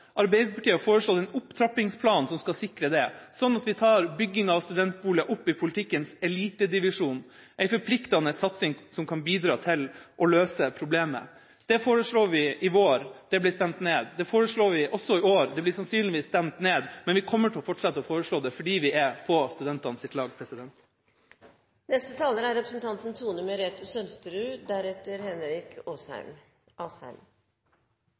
Arbeiderpartiet har foreslått en opptrappingsplan som skal sikre det, sånn at vi tar bygging av studentboliger opp i politikkens elitedivisjon, en forpliktende satsing som kan bidra til å løse problemet. Det foreslo vi i vår – det ble stemt ned. Det foreslår vi også i år – det blir sannsynligvis stemt ned, men vi kommer til å fortsette å foreslå det, fordi vi er på studentenes lag. Det er